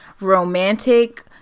romantic